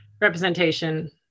representation